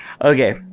okay